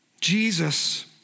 Jesus